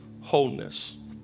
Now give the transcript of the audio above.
wholeness